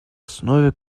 основе